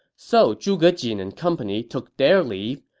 so zhuge jin and company took their leave,